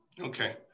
Okay